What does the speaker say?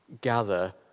gather